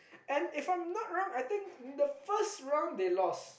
and if I'm not wrong the first round they lost